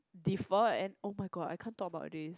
defer and oh-my-god I can't talk about this